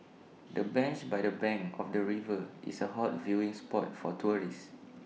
the bench by the bank of the river is A hot viewing spot for tourists